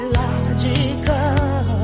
logical